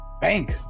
Bank